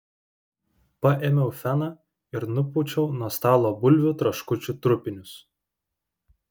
paėmiau feną ir nupūčiau nuo stalo bulvių traškučių trupinius